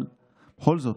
אבל בכל זאת,